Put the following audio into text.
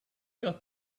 got